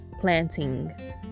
planting